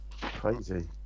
Crazy